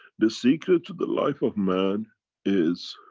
the secret to the life of man is